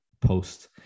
post